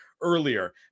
earlier